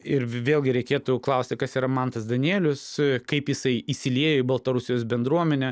ir vėlgi reikėtų klausti kas yra mantas danielius kaip jisai įsiliejo į baltarusijos bendruomenę